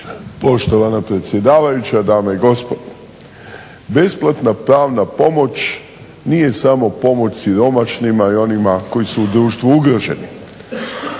Poštovana predsjedavajuća, dame i gospodo. Besplatna pravna pomoć nije samo pomoć siromašnima i onima koji su u društvu ugroženi.